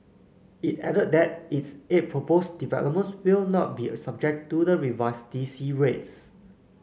it added that its eight proposed developments will not be subject to the revised D C rates